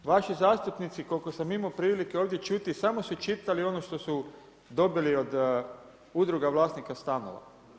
Vaši zastupnici koliko sam imao prilike ovdje čuti, samo su čitali ono što su dobili od udruga vlasnika stanova.